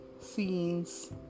scenes